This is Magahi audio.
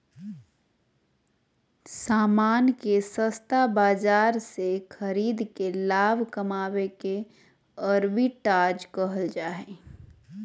सामान के सस्ता बाजार से खरीद के लाभ कमावे के आर्बिट्राज कहल जा हय